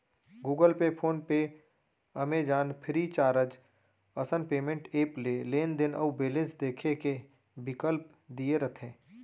Google Pay, PhonePe, Amazon, Freecharge असन payment app ले लेनदेन अउ बेलेंस देखे के बिकल्प दिये रथे